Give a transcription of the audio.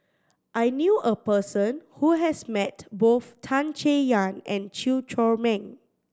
I knew a person who has met both Tan Chay Yan and Chew Chor Meng